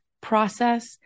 process